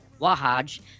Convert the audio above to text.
Wahaj